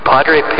Padre